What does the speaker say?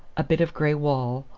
a bit of gray wall,